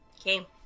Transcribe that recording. okay